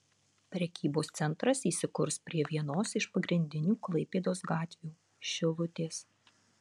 prekybos centras įsikurs prie vienos iš pagrindinių klaipėdos gatvių šilutės